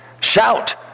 shout